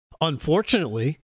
unfortunately